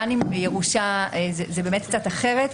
גם אם בירושה זה קצת אחרת,